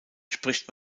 spricht